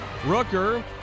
Rooker